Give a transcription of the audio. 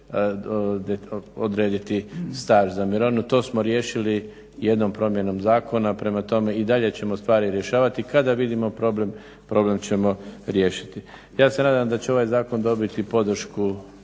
odrediti staž za mirovinu. To smo riješili jednom promjenom zakona. Prema tome i dalje ćemo stvari rješavati. Kada vidimo problem, problem ćemo riješiti. Ja se nadam da će ovaj zakon dobiti podršku